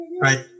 right